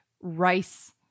rice